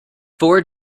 four